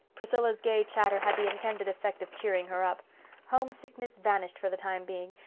priscilla's gay chatter had the intended effect of cheering her up homesickness vanished for the time being,